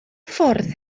ffordd